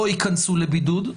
לא יכנסו לבידוד,